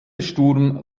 sturm